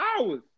hours